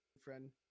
friend